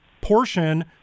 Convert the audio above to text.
portion